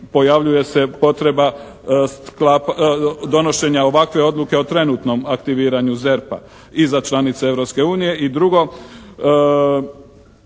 pojavljuje se potreba sklapanja, donošenja ovakve odluke o trenutnom aktiviranju ZERP-a i za članice Europske